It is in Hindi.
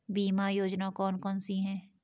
बीमा योजना कौन कौनसी हैं?